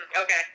Okay